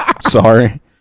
Sorry